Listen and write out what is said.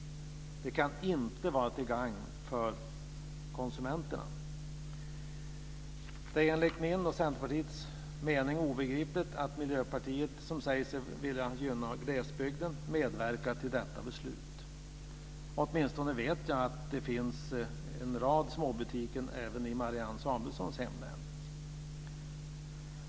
Det kan inte vara till gagn för konsumenterna. Det är enligt min och Centerpartiets mening obegripligt att Miljöpartiet, som säger sig vilja gynna glesbygden, medverkar till detta beslut. Jag vet att det finns en rad småbutiker även i Marianne Samuelssons hemlän.